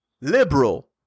liberal